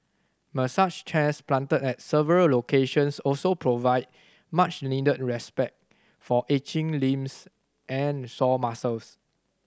massage chairs planted at several locations also provide much needed respite for aching limbs and sore muscles